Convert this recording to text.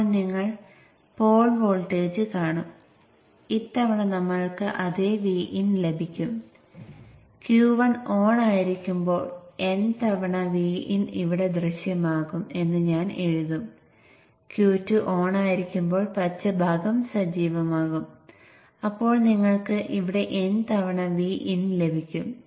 അതിനാൽ നിങ്ങൾ ഉപകരണം റേറ്റുചെയ്യുമ്പോൾ V ഒന്നുകിൽ പരമാവധി കുറഞ്ഞത് Vin നേക്കാൾ വലുതായിരിക്കണം